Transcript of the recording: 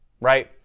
right